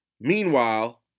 Meanwhile